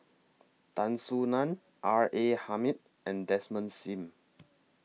Tan Soo NAN R A Hamid and Desmond SIM